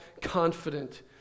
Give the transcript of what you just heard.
confident